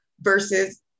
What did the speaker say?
versus